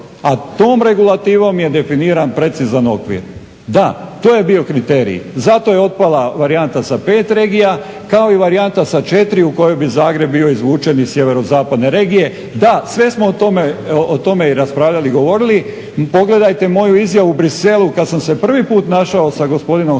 a tom regulativom je definiran precizan okvir. Da, to je bio kriterij, zato je otpala varijanta sa 5 regija kao i varijanta sa 4 u kojoj bi Zagreb bio izvučen iz sjeverozapadne regije. Da, sve smo o tome i raspravljali i govorili. Pogledajte moju izjavu u Bruxellesu kada sam se prvi puta našao sa gospodinom Hanom